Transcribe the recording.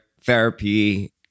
therapy